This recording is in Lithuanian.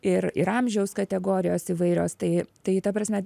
ir ir amžiaus kategorijos įvairios tai tai ta prasme